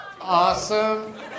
Awesome